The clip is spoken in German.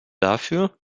dafür